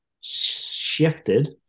shifted